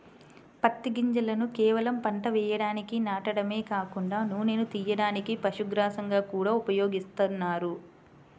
పత్తి గింజలను కేవలం పంట వేయడానికి నాటడమే కాకుండా నూనెను తియ్యడానికి, పశుగ్రాసంగా గూడా ఉపయోగిత్తన్నారు